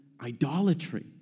idolatry